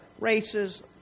races